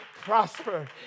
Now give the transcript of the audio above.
prosper